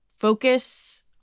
focus